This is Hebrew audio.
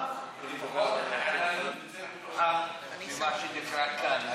לפחות התחנה הזאת יותר פתוחה היום ממה שנקרא "כאן",